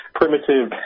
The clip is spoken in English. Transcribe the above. primitive